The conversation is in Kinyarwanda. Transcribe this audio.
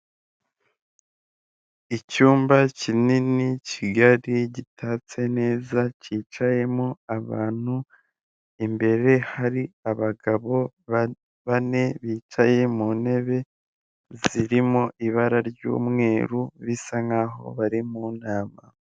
Icyumba kinini kigari gitatse neza cyicayemo abantu, imbere hari abagabo bane bicaye mu ntebe zirimo ibara ry'umweru bisa nk'aho bari mu nama.